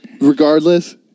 regardless